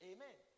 Amen